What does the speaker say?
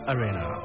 Arena